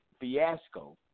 fiasco